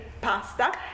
pasta